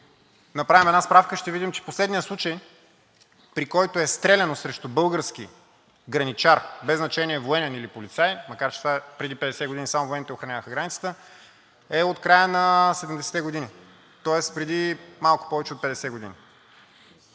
направим една справка, ще видим, че последния случай, при който е стреляно срещу български граничар без значение военен или полицай, макар че преди 50 години само военните охраняваха границата е от края на 70-те години. Тоест преди малко повече от 50 години.